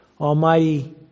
Almighty